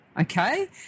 okay